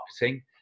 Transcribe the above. marketing